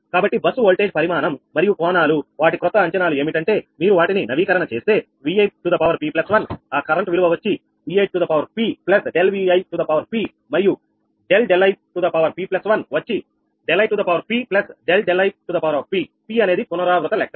కాబట్టి bus voltage పరిమాణం మరియు కోణాలు వాటి క్రొత్త అంచనాలు ఏమిటంటే మీరు వాటిని నవీకరణ చేస్తే Vi𝑝1 ఆ కరెంట్ విలువ వచ్చిVi𝑝 ∆Vi 𝑝 మరియు ∆ 𝛿i𝑝1 వచ్చి 𝛿i𝑝 ∆𝛿i𝑝p అనేది పునరావృత లెక్క